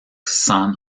san